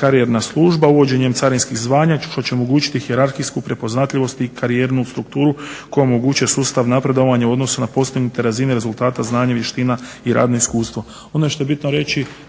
karijerna služba. Uvođenjem carinskih zvanja što će omogućiti hijerarhijsku prepoznatljivost i karijernu strukturu koja omogućuje sustav napredovanja u odnosu na postignute razine rezultata znanja, vještina i radno iskustvo.